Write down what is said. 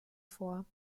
vor